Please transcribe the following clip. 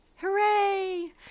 Hooray